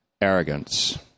arrogance